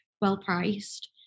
well-priced